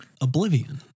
oblivion